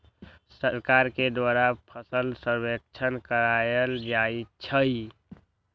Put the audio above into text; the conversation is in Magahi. सरकार के द्वारा फसल सर्वेक्षण करायल जाइ छइ